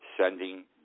sending